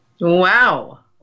Wow